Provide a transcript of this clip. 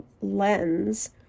lens